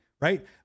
right